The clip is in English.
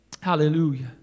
Hallelujah